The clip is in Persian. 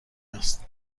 است